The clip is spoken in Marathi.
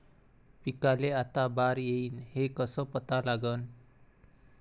पिकाले आता बार येईन हे कसं पता लागन?